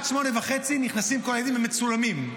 ועד 08:30 נכנסים כל הילדים ומצולמים.